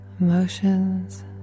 emotions